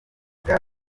gaz